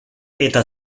eta